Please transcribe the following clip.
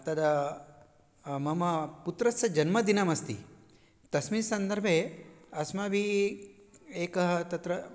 तदा मम पुत्रस्य जन्मदिनमस्ति तस्मिन् सन्दर्भे अस्माभिः एकः तत्र